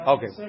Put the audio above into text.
Okay